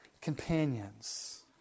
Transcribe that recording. companions